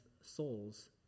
souls